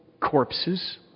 corpses